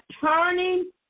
turning